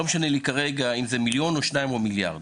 ולא משנה לי כרגע אם זה מיליון או שניים או מיליארד.